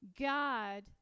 God